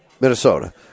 Minnesota